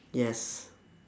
yes